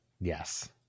yes